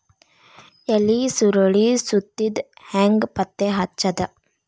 ಎಲಿ ಸುರಳಿ ಸುತ್ತಿದ್ ಹೆಂಗ್ ಪತ್ತೆ ಹಚ್ಚದ?